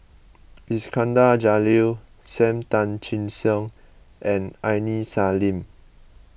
Iskandar Jalil Sam Tan Chin Siong and Aini Salim